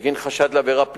בגין חשד לעבירה פלילית,